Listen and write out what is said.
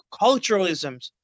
culturalisms